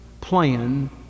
plan